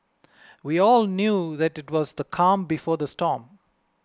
we all knew that it was the calm before the storm